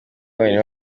bene